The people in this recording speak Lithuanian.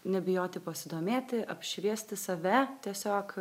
nebijoti pasidomėti apšviesti save tiesiog